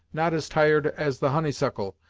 not as tired as the honeysuckle,